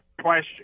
question